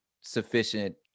sufficient